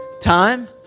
time